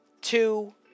two